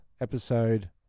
episode